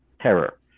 terror